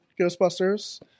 Ghostbusters